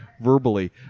verbally